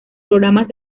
programas